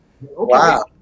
Wow